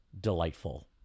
delightful